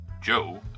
Joe